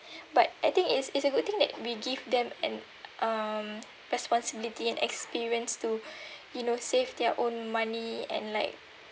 but I think it's it's a good thing that we give them and um responsibility and experience to you know save their own money and like